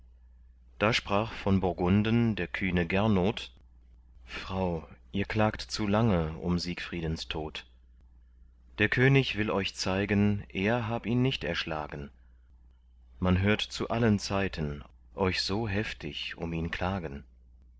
da sprach von burgunden der kühne gernot frau ihr klagt zu lange um siegfriedens tod der könig will euch zeigen er hab ihn nicht erschlagen man hört zu allen zeiten euch so heftig um ihn klagen